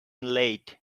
late